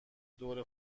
دور